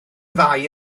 ddau